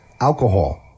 alcohol